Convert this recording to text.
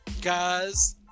guys